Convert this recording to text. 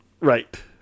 Right